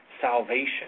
salvation